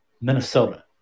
Minnesota